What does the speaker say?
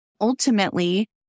ultimately